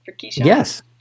Yes